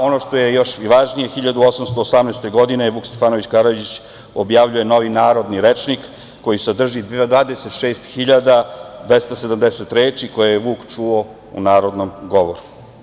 Ono što je još važnije, 1818. godine Vuk Stefanović Karadžić objavljuje "Novi narodni rečnik", koji sadrži 26.270 reči koje je Vuk čuo u narodnom govoru.